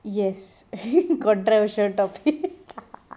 yes controversial topic